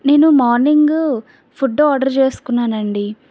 నేను morning food చేసుకున్నాను అండి